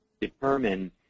determine